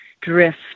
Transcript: drift